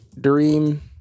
Dream